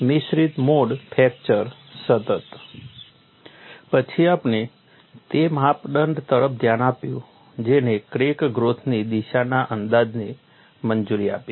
મિશ્રિત mode fracture સતત પછી આપણે તે માપદંડ તરફ ધ્યાન આપ્યું જેણે ક્રેક ગ્રોથની દિશાના અંદાજને મંજૂરી આપી